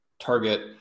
target